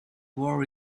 war